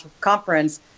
conference